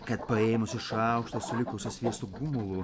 kad paėmusi šaukštą su likusio sviesto gumulu